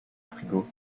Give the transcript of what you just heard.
frigo